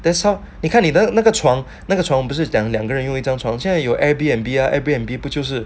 that's how 你看你的那个床那个床不是两个两个人用一张床有 Airbnb Airbnb 不就是